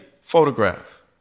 photograph